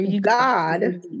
God